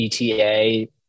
ETA